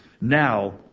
Now